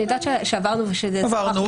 אני יודעת שעברנו ושמנו לב לזה --- עברנו,